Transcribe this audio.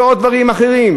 ועוד דברים אחרים,